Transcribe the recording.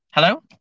Hello